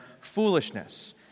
foolishness